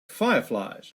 fireflies